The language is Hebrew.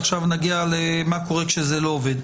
עכשיו נגיע למה קורה כשזה לא עובד.